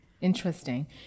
Interesting